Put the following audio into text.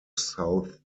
south